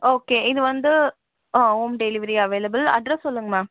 okay இது வந்து ah home delivery available address சொல்லுங்க மேம்